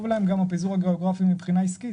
טוב להם הפיזור הגיאוגרפי מבחינה עסקית.